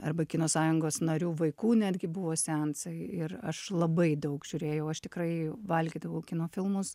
arba kino sąjungos narių vaikų netgi buvo seansai ir aš labai daug žiūrėjau aš tikrai valgydavau kino filmus